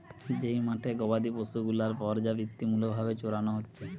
যেই মাঠে গোবাদি পশু গুলার পর্যাবৃত্তিমূলক ভাবে চরানো হচ্ছে